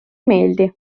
meeldi